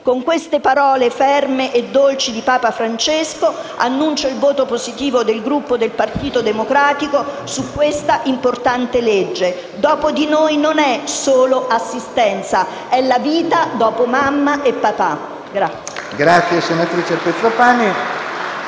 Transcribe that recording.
Con queste parole ferme e dolci di Papa Francesco, annuncio il voto positivo del Gruppo del Partito Democratico su questo importante provvedimento. "Dopo di noi" non è solo assistenza, è la vita dopo mamma e papà.